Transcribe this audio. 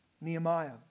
Nehemiah